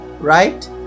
right